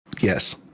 Yes